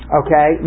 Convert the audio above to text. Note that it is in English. okay